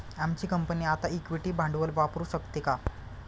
आमची कंपनी आता इक्विटी भांडवल वापरू शकते का?